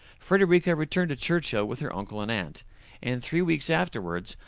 frederica returned to churchhill with her uncle and aunt and three weeks afterwards,